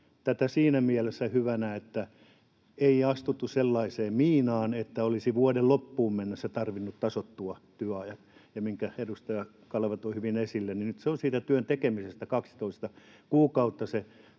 myös siinä mielessä hyvänä, että ei astuttu sellaiseen miinaan, että olisi vuoden loppuun mennessä tarvinnut tasoittua työaikojen. Kuten edustaja Kaleva toi hyvin esille, nyt se tasoittumisjakso on siitä